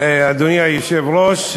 אדוני היושב-ראש,